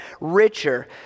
richer